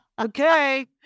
okay